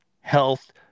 health